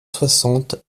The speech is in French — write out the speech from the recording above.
soixante